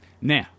Now